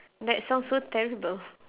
that sounds so terrible